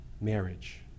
marriage